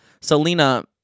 Selena